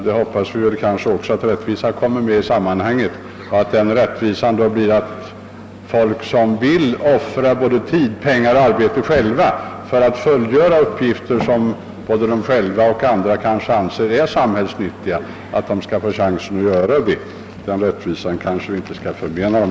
Vi hoppas att rättvisan också kommer med i sammanhanget, så att folk som själva vill offra både tid, pengar och arbete för att fullgöra uppgifter som både de själva och andra anser är samhällsnyttiga också får chansen att göra det vid lämplig tidpunkt. Den rättvisan skall vi väl inte förmena dem.